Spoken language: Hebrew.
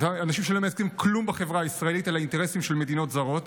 אנשים שלא מייצגים כלום בחברה הישראלית אלא אינטרסים של מדינות זרות.